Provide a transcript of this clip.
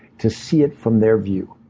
to see it from their view.